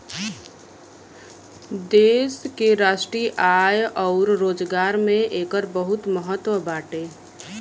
देश के राष्ट्रीय आय अउर रोजगार में एकर बहुते महत्व बाटे